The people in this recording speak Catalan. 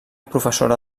professora